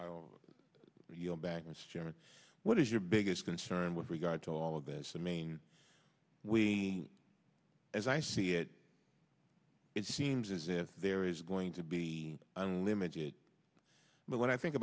and what is your biggest concern with regard to all of this the main we as i see it it seems as if there is going to be limited but when i think